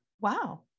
wow